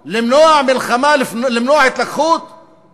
משהוקמה המדינה הם לא חדלו מלנסות להשיג את יעדם.